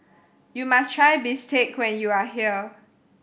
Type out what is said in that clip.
you must try bistake when you are here